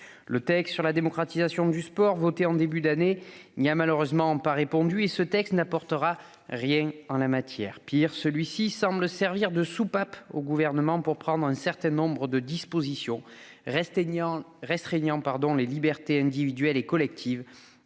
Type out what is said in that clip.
visant à démocratiser le sport en France n'y a malheureusement pas répondu et ce nouveau texte n'apportera rien en la matière. Pis, celui-ci semble servir de soupape au Gouvernement pour prendre un certain nombre de dispositions restreignant les libertés individuelles et collectives